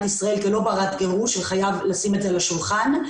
ישראל כלא ברת גירוש ואת זה צריך לשים על השולחן.